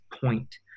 point